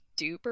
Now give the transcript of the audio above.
duper